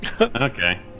Okay